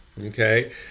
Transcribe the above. Okay